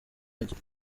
ajya